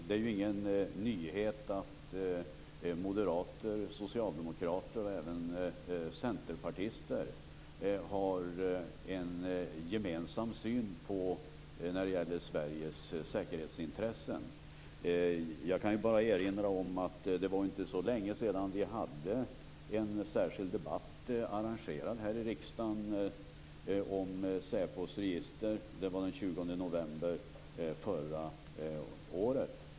Det är ingen nyhet att moderater, socialdemokrater och även centerpartister har en gemensam syn när det gäller Sveriges säkerhetsintressen. Jag kan erinra om att det inte var så länge sedan som det arrangerades en särskild debatt här i riksdagen om säpos register. Det var den 20 november förra året.